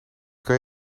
kan